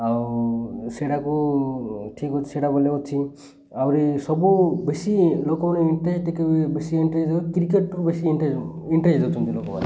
ଆଉ ସେଇଟାକୁ ଠିକ ଅଛି ସେଇଟା ବଲେ ଅଛି ଆହୁରି ସବୁ ବେଶୀ ଲୋକମାନେ ଇଣ୍ଟରେଷ୍ଟ ଦେଖେ ବେଶୀ ଇଣ୍ଟରେଷ୍ଟ କ୍ରିକେଟରୁ ବେଶୀ ଇଣ୍ଟରେଷ୍ଟ ଇଣ୍ଟରେଷ୍ଟ ଦେଉଛନ୍ତି ଲୋକମାନେ